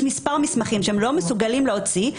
כיוון שיש מספר מסמכים שהם לא מסוגלים להוציא,